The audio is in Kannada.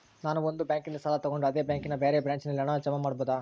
ನಾನು ಒಂದು ಬ್ಯಾಂಕಿನಲ್ಲಿ ಸಾಲ ತಗೊಂಡು ಅದೇ ಬ್ಯಾಂಕಿನ ಬೇರೆ ಬ್ರಾಂಚಿನಲ್ಲಿ ಹಣ ಜಮಾ ಮಾಡಬೋದ?